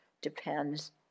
depends